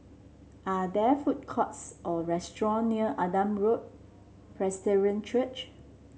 are there food courts or restaurant near Adam Road Presbyterian Church